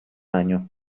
año